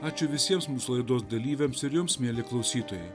ačiū visiems mūsų laidos dalyviams ir jums mieli klausytojai